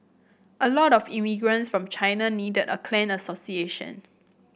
a lot of immigrants from China needed a clan association